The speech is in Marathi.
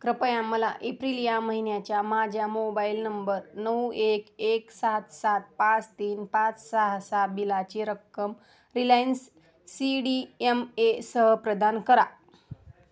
कृपया मला एप्रिल या महिन्याच्या माझ्या मोबाईल नंबर नऊ एक एक सात सात पाच तीन पाच सहा सहा बिलाची रक्कम रिलायन्स सी डी यम एसह प्रदान करा